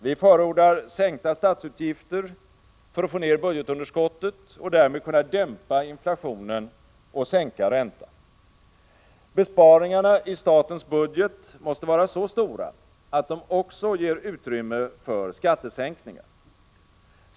Vi förordar sänkta statsutgifter för att få ned budgetunderskottet och därmed kunna dämpa inflationen och sänka räntan. Besparingarna i statens budget måste vara så stora att de också ger utrymme för skattesänkningar.